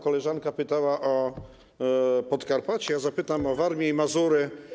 Koleżanka pytała o Podkarpacie, ja zapytam o Warmię i Mazury.